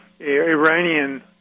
Iranian